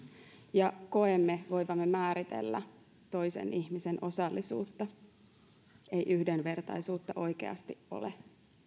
ja koemme voivamme määritellä toisen ihmisen osallisuutta ei yhdenvertaisuutta oikeasti ole